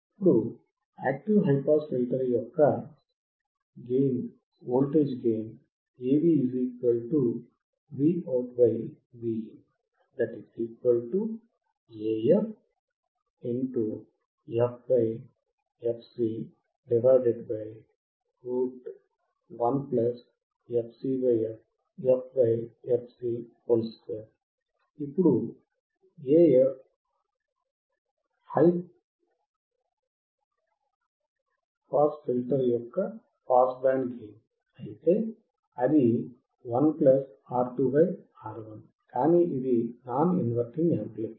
ఇప్పుడు AF hyper filter యొక్క pass band gain అయితే అది 1R2R1 కానీ ఇది నాన్ ఇన్వర్టింగ్ యాంప్లిఫైయర్